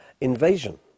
invasion